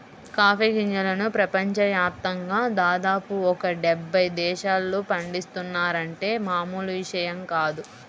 coffee గింజలను ప్రపంచ యాప్తంగా దాదాపు ఒక డెబ్బై దేశాల్లో పండిత్తున్నారంటే మామూలు విషయం కాదు